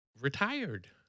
retired